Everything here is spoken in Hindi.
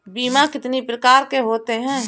बीमा कितनी प्रकार के होते हैं?